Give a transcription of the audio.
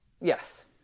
Yes